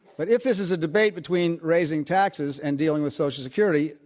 but if this is a debate between raising taxes and dealing with social security,